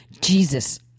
Jesus